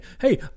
Hey